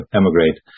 emigrate